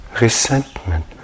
resentment